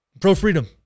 Pro-freedom